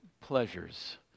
pleasures